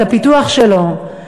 את הפיתוח שלו,